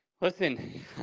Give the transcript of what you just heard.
listen